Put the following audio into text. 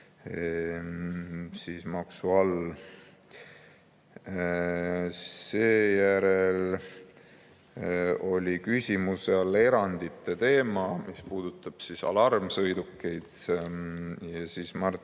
ole maksu all. Seejärel oli küsimuse all erandite teema, mis puudutab alarmsõidukeid. Martin